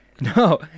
no